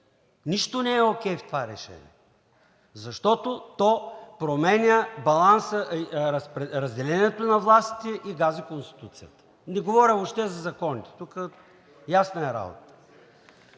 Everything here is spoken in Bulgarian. Нищо не е окей в това решение, защото то променя разделението на властите и гази Конституцията. Не говоря въобще за законите – тук е ясна работата.